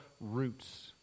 roots